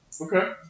Okay